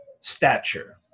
stature